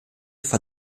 vor